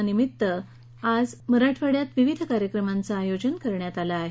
या निमित्तानं मराठवाड्यात विविध कार्यक्रमांचं आयोजन करण्यात आलं आहे